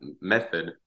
method